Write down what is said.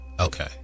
Okay